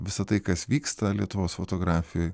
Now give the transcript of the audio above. visa tai kas vyksta lietuvos fotografijoj